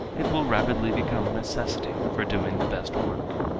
it will rapidly become a necessity for doing the best work.